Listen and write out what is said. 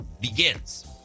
begins